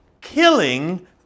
killing